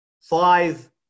Five